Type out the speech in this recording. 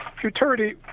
Futurity